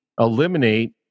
eliminate